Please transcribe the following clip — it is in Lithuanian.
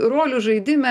rolių žaidime